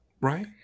Right